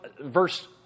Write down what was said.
verse